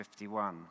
51